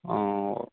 ആ ഓ